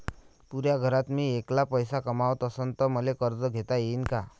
पुऱ्या घरात मी ऐकला पैसे कमवत असन तर मले कर्ज घेता येईन का?